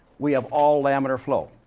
we have all laminar flow.